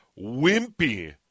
wimpy